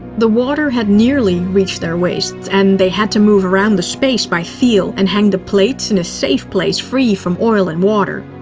the water level had nearly reached their waists and they had to move around the space by feel, and hang the plates in a safe place, free from oil and water.